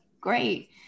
great